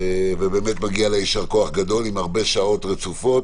ובאמת מגיע לה יישר כוח גדול עם הרבה שעות רצופות.